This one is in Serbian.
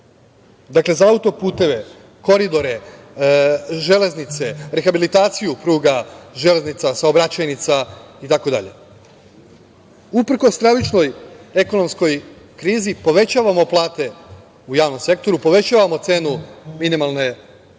za autoputeve, za koridore, železnice, rehabilitaciju pruga, železnica, saobraćajnica itd. Uprkos stravičnoj ekonomskoj krizi povećavamo plate u javnom sektoru, povećavamo cenu minimalne zarade,